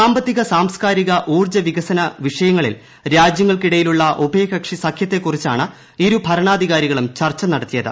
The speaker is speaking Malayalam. സാമ്പത്തിക സാംസ്കാരിക ഊർജ വികസന വിഷയങ്ങളിൽ രാജ്യങ്ങൾക്കിടയിലുള്ള ഉഭയകക്ഷി സഖ്യത്തെ കുറിച്ചാണ് ഇരു ഭരണാധികാരികളും ചർച്ച നടത്തിയത്